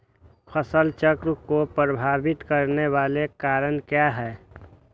फसल चक्र को प्रभावित करने वाले कारक क्या है?